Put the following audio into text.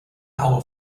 hour